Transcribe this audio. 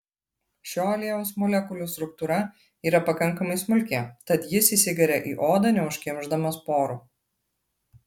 šio aliejaus molekulių struktūra yra pakankamai smulki tad jis įsigeria į odą neužkimšdamas porų